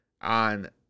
on